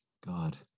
God